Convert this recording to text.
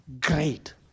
great